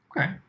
Okay